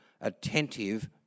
attentive